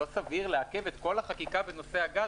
לא סביר לעכב את כל החקיקה בנושא הגז